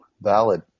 Valid